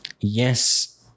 Yes